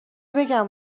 بگم